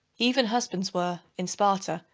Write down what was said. even husbands were, in sparta,